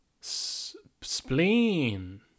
spleen